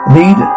need